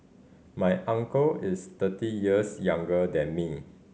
my uncle is thirty years younger than me